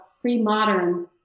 pre-modern